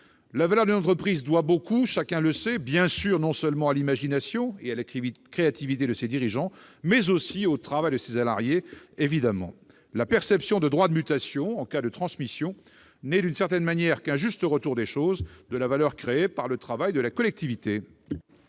La valeur d'une entreprise doit beaucoup- chacun le sait -, bien sûr, non seulement à l'imagination et à la créativité de ses dirigeants, mais aussi au travail de ses salariés. La perception de droits de mutation en cas de transmission n'est, d'une certaine manière, qu'un juste retour des choses : une contrepartie de la valeur créée par le travail de la collectivité.